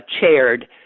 chaired